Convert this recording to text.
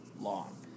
long